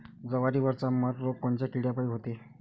जवारीवरचा मर रोग कोनच्या किड्यापायी होते?